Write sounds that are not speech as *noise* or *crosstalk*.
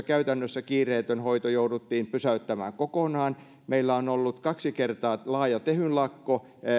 *unintelligible* käytännössä kiireetön hoito jouduttiin pysäyttämään kokonaan meillä on ollut kaksi kertaa laaja tehyn lakko